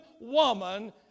woman